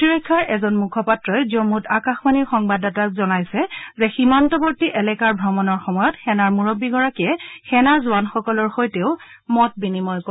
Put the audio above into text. প্ৰতিৰক্ষাৰ এজন মুখপাত্ৰই জম্মুত আকাশবাণীৰ সংবাদদাতাক জনাইছে যে সীমান্তবৰ্তী এলেকাৰ ভ্ৰমণৰ সময়ত সেনাৰ মুৰববী গৰাকীয়ে সেনাজোৱাননসকলৰ সৈতেও মত বিনিময় কৰে